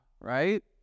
right